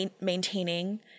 maintaining